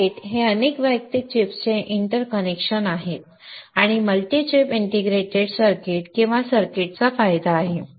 circuit हे अनेक वैयक्तिक चिप्सचे इंटरकनेक्शन आहे आणि मल्टी चिप इंटिग्रेटेड चिप्स किंवा सर्किट्सचा फायदा आहे